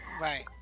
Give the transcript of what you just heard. right